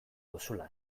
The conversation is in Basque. duzula